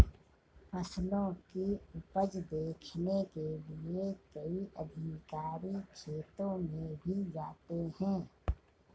फसलों की उपज देखने के लिए कई अधिकारी खेतों में भी जाते हैं